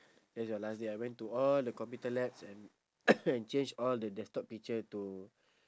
that's your last day I went to all the computer labs and and change all the desktop picture to